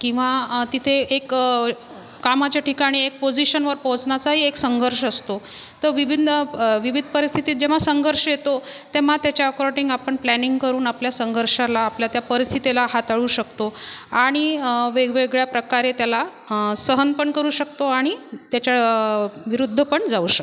किंवा तिथे एक कामाच्या ठिकाणी एक पोझिशनवर पोहोचण्याचाही एक संघर्ष असतो तो विभिन्न विविध परिस्थितीत जेव्हा संघर्ष येतो तेव्हा त्याच्या अकॉर्डिंग आपण प्लॅनिंग करून आपल्या संघर्षाला आपल्या त्या परिस्थितीला हाताळू शकतो आणि वेगवेगळ्या प्रकारे त्याला सहनपण करू शकतो आणि त्याच्या विरुद्ध पण जाऊ शकतो